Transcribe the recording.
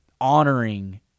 honoring